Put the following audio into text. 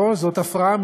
טוב.